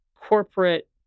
corporate